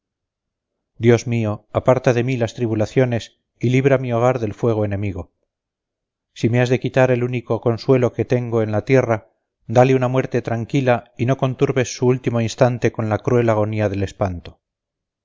dios mío aparta de mí las tribulaciones y libra mi hogar del fuego enemigo si me has de quitar el único consuelo que tengo en la tierra dale una muerte tranquila y no conturbes su último instante con la cruel agonía del espanto